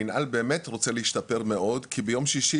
המינהל באמת רוצה להשתפר מאוד כי ביום שישי